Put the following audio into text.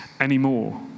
anymore